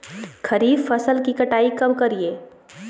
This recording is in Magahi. खरीफ फसल की कटाई कब करिये?